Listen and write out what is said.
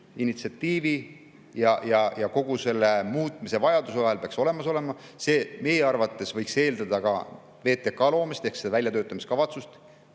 ja kogu selle muutmise vajaduse vahel peaks olema olemas. See meie arvates võiks eeldada ka VTK ehk väljatöötamiskavatsuse